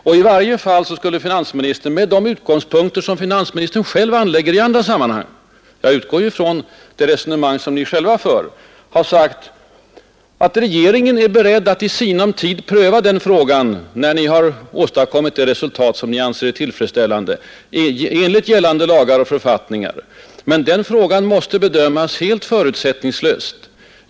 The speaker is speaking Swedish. I varje fall borde finansministern — jag utgår ju ifrån de resonemang som ni själva i andra sammanhang brukar föra — inte ha lovat mera än att regeringen var beredd att i sinom tid pröva frågan enligt gällande lagar och författningar, när företagens förhandlare åstadkommit ett resultat som de ansåg tillfredsställande, och att frågan då skulle bedömas helt förutsättningslöst.